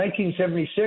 1976